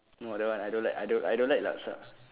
no that one I don't like I don't I don't like laksa